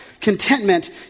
contentment